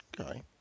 Okay